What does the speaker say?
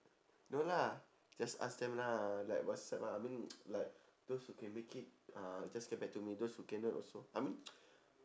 no lah just ask them lah uh like whatsapp ah I mean like those who can make it uh just get back to me those who cannot also I mean